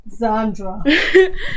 Zandra